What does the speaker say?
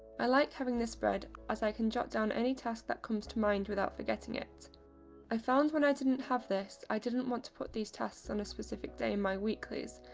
i like having this spread as i can jot down any task that comes to mind without forgetting it i found when i didn't have this, i didn't want to put these tasks on a specific day in my weeklies,